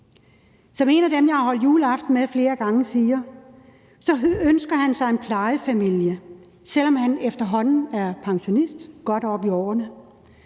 Som en af dem, jeg har holdt juleaften med flere gange, siger, så ønsker han sig en plejefamilie, selv om han efterhånden er oppe i årene